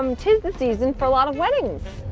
um tis the season for a lot of weddings.